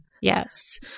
Yes